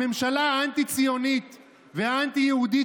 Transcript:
הממשלה האנטי-ציונית והאנטי-יהודית,